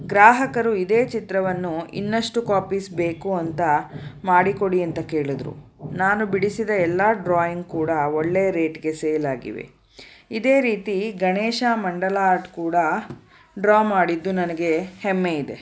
ಗ್ರಾಹಕರು ಇದೇ ಚಿತ್ರವನ್ನು ಇನ್ನಷ್ಟು ಕಾಪಿಸ್ ಬೇಕು ಅಂತ ಮಾಡಿ ಕೊಡಿ ಅಂತ ಕೇಳಿದ್ರು ನಾನು ಬಿಡಿಸಿದ ಎಲ್ಲ ಡ್ರಾಯಿಂಗ್ ಕೂಡ ಒಳ್ಳೆಯ ರೇಟ್ಗೆ ಸೇಲ್ ಆಗಿವೆ ಇದೇ ರೀತಿ ಗಣೇಶ ಮಂಡಲ ಆರ್ಟ್ ಕೂಡ ಡ್ರಾ ಮಾಡಿದ್ದು ನನಗೆ ಹೆಮ್ಮೆ ಇದೆ